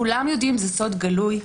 כולם יודעים וזה סוד גלוי.